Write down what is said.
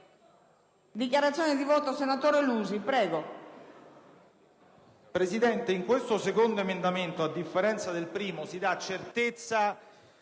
Presidente, in questo secondo emendamento, a differenza del primo, si dà certezza